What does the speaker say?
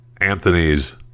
Anthony's